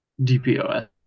DPOS